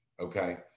okay